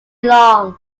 long